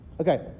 Okay